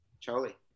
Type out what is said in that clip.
Charlie